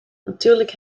natuurlijk